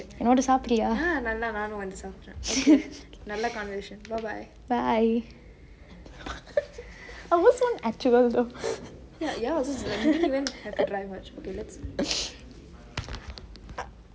என்னோடு சாப்புடுரியா:ennodu saapudriyaa bye